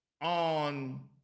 on